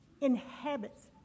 inhabits